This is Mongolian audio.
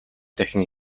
дахин